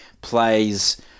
plays